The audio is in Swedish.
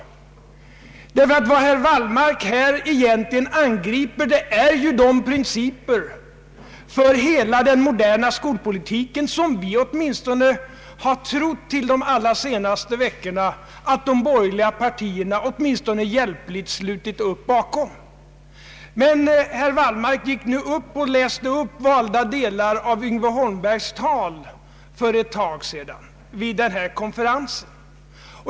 Vad herr Wallmark här egentligen angriper är ju de principer för hela den moderna skolpolitiken som vi åtminstone till de allra senaste veckorna har trott att de borgerliga partierna hjälpligt slutit upp bakom. Men herr Wallmark läste nu upp valda delar av Yngve Holmbergs tal för ett tag sedan vid partistämman.